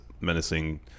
menacing